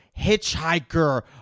hitchhiker